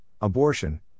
abortion